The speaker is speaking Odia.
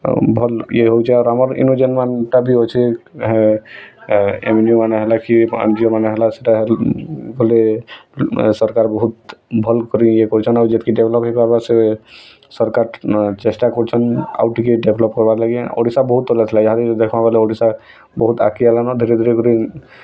ଆଉ ଭଲ୍ ଇଏ ହଉଛି ଆରାମ୍ରେ ଇନୁ ଯେନ୍ ଟା ଭି ଅଛି ହେ ଏ ଏମ୍ ଡ଼ି ମାନେ ହେଲା କି ଏନ୍ଜିଓ ମାନେ ହେଲା ସେଇଟା ହେଲେ ବୋଲେ ସରକାର ବହୁତ୍ ଭଲ୍ କରି ଇଏ କରୁଛନ୍ ଆଉ ଯେତ୍କି ଡେଭ୍ଲପ୍ ହେଇପାର୍ବ ସେ ସରକାର ଚେଷ୍ଟା କରୁଛନ୍ ଆଉ ଟିକେ ଡେଭ୍ଲପ୍ ହେବା ଲାଗି ଓଡ଼ିଶା ବହୁତ୍ ତଲେ ଥିଲା ଏହାରି ଦେଖ୍ବା ଲାଗି ଓଡ଼ିଶା ବହୁତ୍ ଆଗ୍କେ ଗଲାନ ଧିରେ ଧିରେ କରି